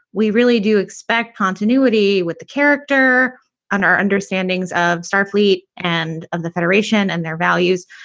we really do expect continuity with the character and our understandings of starfleet and of the federation and their values.